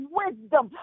wisdom